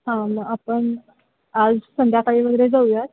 हां मग आपण आज संध्याकाळी वगैरे जाऊयात